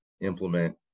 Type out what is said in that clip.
implement